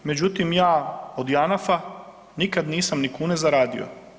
Međutim, ja od Janafa nikad nisam ni kune zaradio.